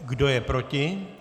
Kdo je proti?